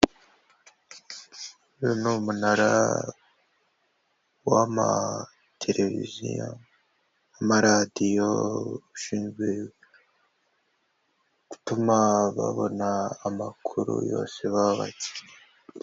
Uyu ni umunara w'amateleviziyo n'amaradiyo, ushinzwe gutuma babona amakuru yose baba bakeneye.